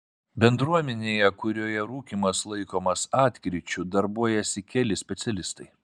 bendruomenėje kurioje rūkymas laikomas atkryčiu darbuojasi keli specialistai